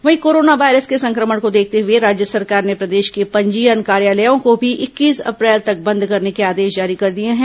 वहीं corona virus के संक्रमण को देखते हुए राज्य सरकार ने प्रदेश के पंजीयन कार्यालयों को भी इक्कीस अप्रैल तक बंद करने के आदेश जारी कर दिए हैं